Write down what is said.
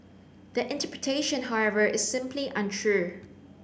that interpretation however is simply untrue